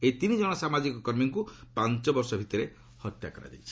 ଏହି ତିନି ଜଣ ସାମାଜିକ କର୍ମୀଙ୍କୁ ପାଞ୍ଚ ବର୍ଷ ଭିତରେ ହତ୍ୟା କରାଯାଇଛି